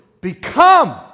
Become